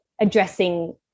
addressing